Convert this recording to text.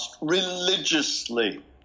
religiously